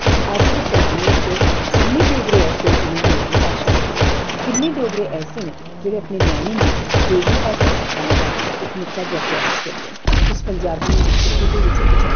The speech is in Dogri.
ते अज्ज दे जमान्ने च किन्ने डोगरे ऐसे न जि'नेंगी डोगरी भाशा आंदी ऐ किन्ने डोगरे ऐसे न जेह्ड़े अपने न्याने गी डोगरी भाशा सखाने दा इक निक्के जेहा प्रयास करदे न तुस पंजाबियें गी दिक्खो कुदै बी चली जाओ